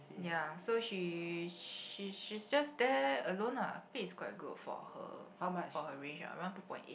ya so she she she's just there alone ah pay is quite good for her for her range ah around two point eight